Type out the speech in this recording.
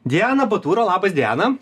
dianą baturo labas diana